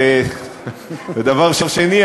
ודבר שני,